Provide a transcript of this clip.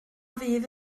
fydd